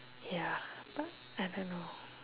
ya but I don't know